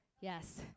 Yes